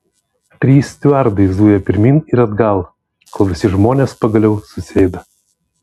trys stiuardai zuja pirmyn ir atgal kol visi žmonės pagaliau susėda